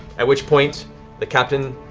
at which point the captain